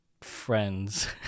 friends